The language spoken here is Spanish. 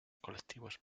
colectivos